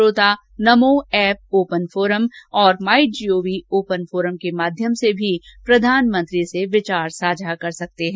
श्रोता NaMo app open forum और MyGov open forum के माध्यम से भी प्रधानमंत्री से विचार साझा कर सकते हैं